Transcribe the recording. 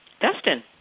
Dustin